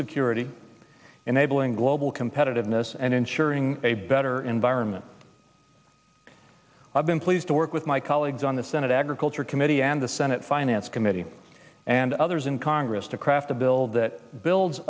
security enabling global competitiveness and ensuring a better environment i've been pleased to work with my colleagues on the senate agriculture committee and the senate finance committee and others in congress to craft a bill that builds